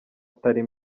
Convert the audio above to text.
atari